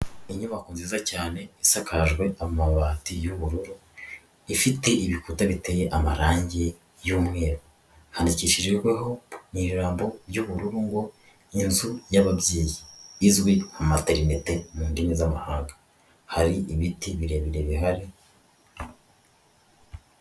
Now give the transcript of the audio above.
Inyubako nziza cyane isakajwe amabati y'ubururu, ifite ibikuta biteye amarangi y'umweru, handikishijweho mu ijambo ry'ubururu ngo inzu y'ababyeyi izwi nka materineti mu ndimi z'amahanga, hari ibiti birebire bihari.